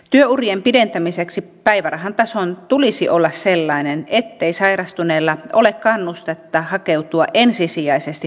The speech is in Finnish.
työurien pidentämiseksi päivärahan tason tulisi olla sellainen ettei sairastuneella ole kannustetta hakeutua ensisijaisesti työkyvyttömyyseläkkeelle